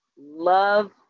love